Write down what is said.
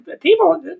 people –